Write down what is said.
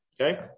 Okay